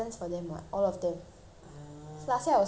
cause last year I was working could buy everything